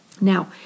Now